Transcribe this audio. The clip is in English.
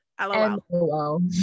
LOL